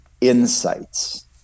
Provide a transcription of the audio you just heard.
insights